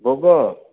ଭୋଗ